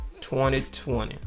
2020